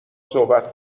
صحبت